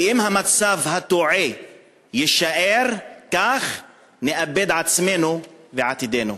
כי אם המצב התועה יישאר כך, נאבד עצמנו ועתידנו.